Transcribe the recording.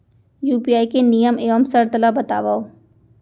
UPI के नियम एवं शर्त ला बतावव